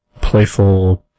playful